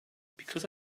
because